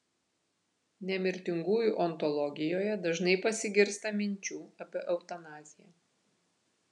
nemirtingųjų ontologijoje dažnai pasigirsta minčių apie eutanaziją